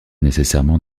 nécessairement